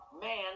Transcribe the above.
man